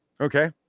Okay